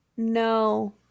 No